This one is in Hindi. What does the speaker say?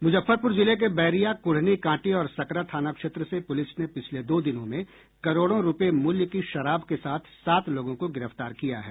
मुजफ्फरपुर जिले के बैरिया कुढ़नी कांटी और सकरा थाना क्षेत्र से पुलिस ने पिछले दो दिनों में करोड़ों रूपये मूल्य की शराब के साथ सात लोगों को गिरफ्तार किया है